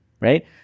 right